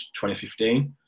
2015